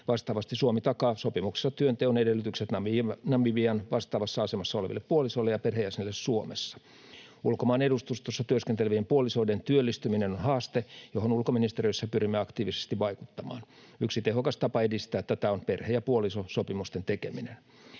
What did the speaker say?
Vastaavasti Suomi takaa sopimuksessa työnteon edellytykset Namibian vastaavassa asemassa oleville puolisoille ja perheenjäsenille Suomessa. Ulkomaanedustustossa työskentelevien puolisoiden työllistyminen on haaste, johon ulkoministeriössä pyrimme aktiivisesti vaikuttamaan. Yksi tehokas tapa edistää tätä on perhe- ja puolisosopimusten tekeminen.